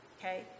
Okay